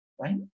right